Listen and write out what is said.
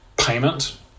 payment